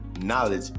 knowledge